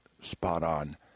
spot-on